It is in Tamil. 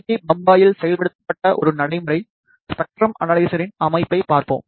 டி பம்பாயில் செயல்படுத்தப்பட்ட ஒரு நடைமுறை ஸ்பெக்ட்ரம் அனலைசரின் அமைப்பைப் பார்ப்போம்